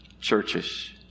churches